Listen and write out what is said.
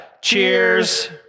Cheers